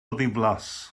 ddiflas